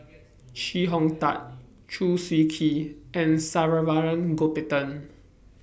Chee Hong Tat Chew Swee Kee and Saravanan Gopinathan